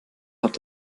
hat